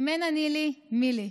"אם אין אני לי, מי לי"